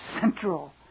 central